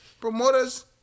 Promoters